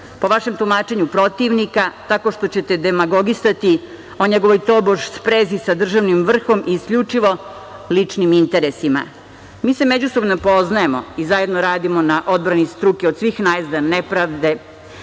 po vašem tumačenju protivnika, tako što ćete demagogisati o njegovoj tobož sprezi sa državnim vrhom i isključivo ličnim interesima. Mi se međusobno ne poznajemo i zajedno radimo na odbrani struke od svih najezda nepravde,